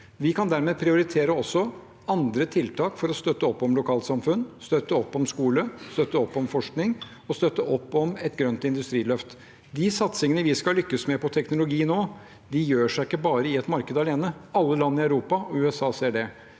Vi kan dermed prioritere også andre tiltak for å støtte opp om lokalsamfunn, støtte opp om skole, støtte opp om forskning og støtte opp om et grønt industriløft. De satsingene vi skal lykkes med innen teknologi nå, gjør seg ikke bare i et marked alene. Alle land i Europa og USA ser det.